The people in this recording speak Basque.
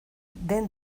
den